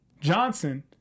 Johnson